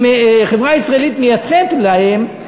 אם חברה ישראלית מייצאת אליהם,